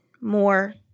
more